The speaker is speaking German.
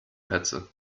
petze